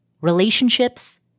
relationships